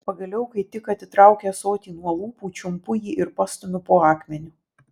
pagaliau kai tik atitraukia ąsotį nuo lūpų čiumpu jį ir pastumiu po akmeniu